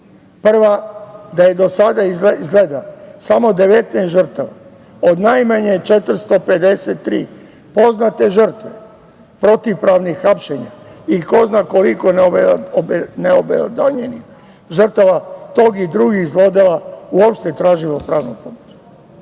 Prva, da je do sada izgleda samo 19 žrtava od najmanje 453 poznate žrtve, protivpravnih hapšenja i ko zna koliko neobelodaljenih žrtava tog i drugih zlodela, uopšte tražimo pravnu pomoć.